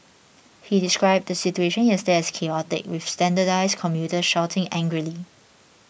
he described the situation yesterday as chaotic with standardized commuters shouting angrily